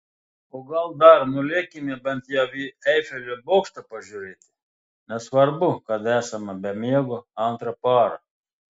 o gal dar nulėkime bent jau į eifelio bokštą pažiūrėti nesvarbu kad esame be miego antrą parą